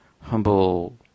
humble